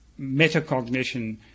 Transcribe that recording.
metacognition